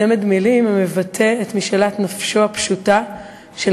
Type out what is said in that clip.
צמד מילים המבטא את משאלת נפשו הפשוטה של